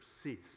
cease